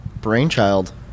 brainchild